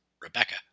Rebecca